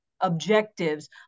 objectives